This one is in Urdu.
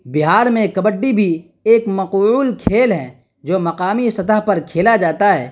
بہار میں کبڈی بھی ایک مقبول کھیل ہے جو مقامی سطح پر کھیلا جاتا ہے